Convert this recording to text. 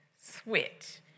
switch